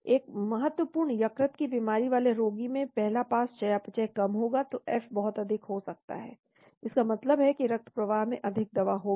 एक महत्वपूर्ण यकृत की बीमारी वाले रोगी में पहला पास चयापचय कम होगा तो F बहुत अधिक हो सकता है इसका मतलब है कि रक्तप्रवाह में अधिक दवा होगी